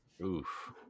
Oof